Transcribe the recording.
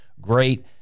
great